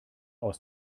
aus